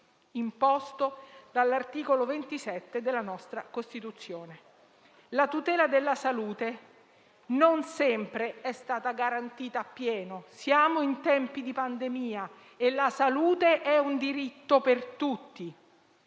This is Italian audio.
imposto dall'articolo 27 della nostra Costituzione. La tutela della salute non sempre è stata garantita appieno. Siamo in tempi di pandemia e la salute è un diritto per tutti.